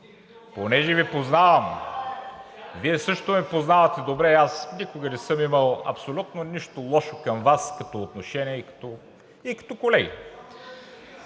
като Ви познавам, Вие също ме познавате добре, аз никога не съм имал абсолютно нищо лошо към Вас като отношение и като колеги.